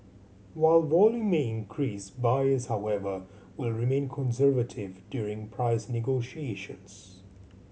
while volume may increase buyers however will remain conservative during price negotiations